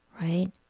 right